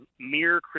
mere